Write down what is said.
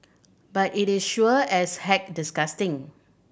but it is sure as heck disgusting